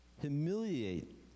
humiliate